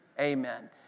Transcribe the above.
amen